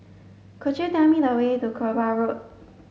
could you tell me the way to Kerbau Road